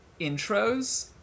intros